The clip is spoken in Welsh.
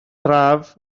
braf